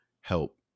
help